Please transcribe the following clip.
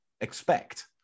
expect